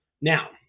Now